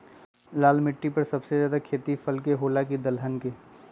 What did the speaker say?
लाल मिट्टी पर सबसे ज्यादा खेती फल के होला की दलहन के?